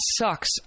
sucks